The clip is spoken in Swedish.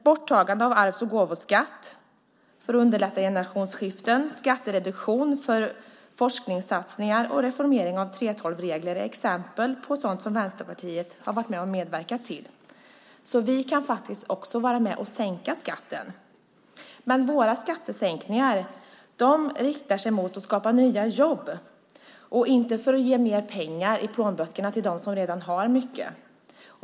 Borttagande av arvs och gåvoskatt för att underlätta generationsskiften, skattereduktion för forskningssatsningar och reformering av 3:12-regler är exempel på sådant som Vänsterpartiet har medverkat till. Vi kan faktiskt också vara med och sänka skatten, men våra skattesänkningar inriktar sig på att skapa nya jobb inte på att ge mer pengar i plånböckerna åt dem som redan har mycket.